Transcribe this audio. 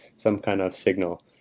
some kind of signal.